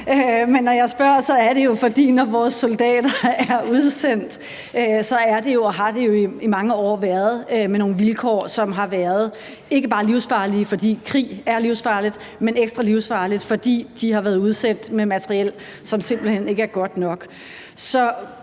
når jeg spørger, er det jo, fordi det er sådan, at når vores soldater er udsendt, er det og har det i mange år været under nogle vilkår, som har været ikke bare livsfarlige, for krig er livsfarligt, men ekstra livsfarlige, fordi de har været udsendt med materiel, som simpelt hen ikke er godt nok.